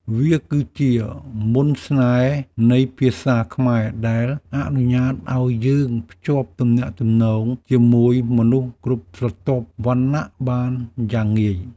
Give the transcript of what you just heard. វាគឺជាមន្តស្នេហ៍នៃភាសាខ្មែរដែលអនុញ្ញាតឱ្យយើងភ្ជាប់ទំនាក់ទំនងជាមួយមនុស្សគ្រប់ស្រទាប់វណ្ណៈបានយ៉ាងងាយ។